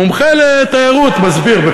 המומחה לתיירות מסביר.